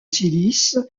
silice